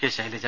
K Shailaja